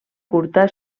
curta